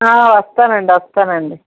వస్తానండి వస్తానండి